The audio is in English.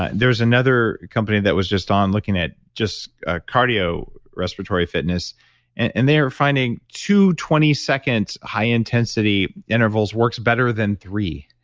there's another company that was just on looking at just ah cardio respiratory fitness and they were finding two twenty seconds high intensity intervals works better than three.